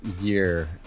year